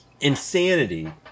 insanity